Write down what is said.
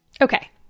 Okay